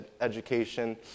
education